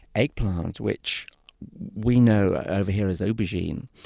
eggplant, which we know of here as aubergine,